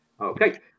Okay